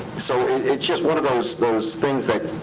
so it's just one of those those things that.